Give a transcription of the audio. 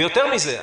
יותר מזה,